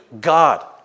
God